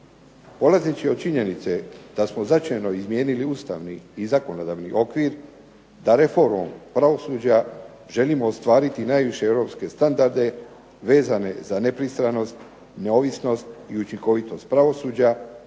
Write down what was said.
Polazeći od činjenice da smo značajno izmijenili ustavni i zakonodavni okvir sa reformom pravosuđa želimo ostvariti najviše europske standarde vezane za nepristranost, neovisnost i učinkovitost pravosuđa,